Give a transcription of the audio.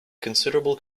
considerable